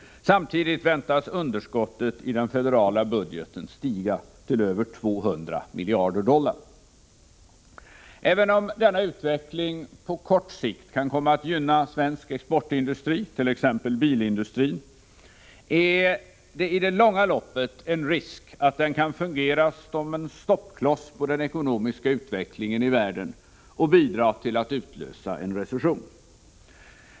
Samtidigt väntas underskottet i den federala budgeten stiga till över 200 miljarder dollar. Även om denna utveckling på kort sikt kan komma att gynna svensk exportindustri, t.ex. bilindustrin, är det i det långa loppet en risk att den kan fungera som en stoppkloss på den ekonomiska utvecklingen i världen och bidra till att utlösa en recession.